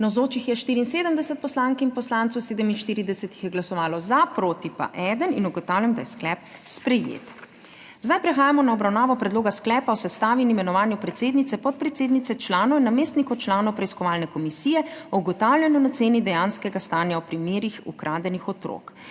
Navzočih je 74 poslank in poslancev, 47 jih je glasovalo za, proti pa eden. (Za je glasovalo 47.) (Proti 1.) Ugotavljam, da je sklep sprejet. Prehajamo na obravnavo Predloga sklepa o sestavi in imenovanju predsednice, podpredsednice, članov in namestnikov članov Preiskovalne komisije o ugotavljanju in oceni dejanskega stanja o primerih ukradenih otrok.